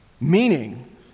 Meaning